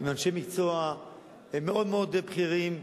עם אנשי מקצוע מאוד מאוד בכירים,